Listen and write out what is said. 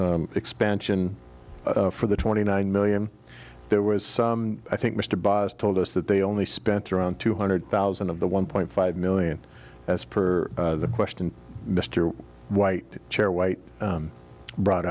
maui expansion for the twenty nine million there was i think mr baez told us that they only spent around two hundred thousand of the one point five million as per the question mr white chair white brought